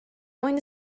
going